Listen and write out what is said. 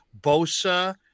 Bosa